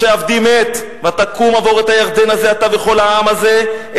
משה עבדי מת ועתה קום עבור את הירדן הזה אתה וכל העם הזה,